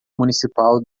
municipal